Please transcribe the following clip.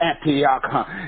Antioch